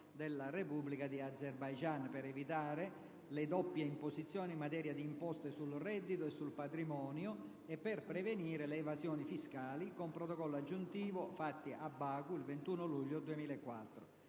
della Repubblica di Azerbaigian per evitare le doppie imposizioni in materia di imposte sul reddito e sul patrimonio e per prevenire le evasioni fiscali, con Protocollo aggiuntivo, fatti a Baku il 21 luglio 2004***